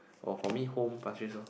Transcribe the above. oh for me home Pasir-Ris lor